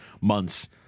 months